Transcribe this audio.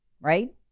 right